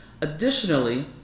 Additionally